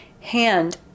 hand